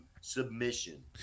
submission